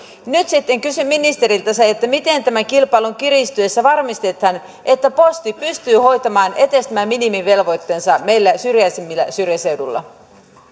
nyt sitten kysyn ministeriltä miten tämän kilpailun kiristyessä varmistetaan että posti pystyy hoitamaan edes tämän minimivelvoitteensa näillä syrjäisimmillä syrjäseuduilla